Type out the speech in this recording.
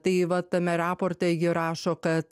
tai va tame raporte ji rašo kad